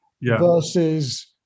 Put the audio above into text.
versus